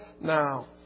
now